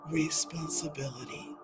responsibility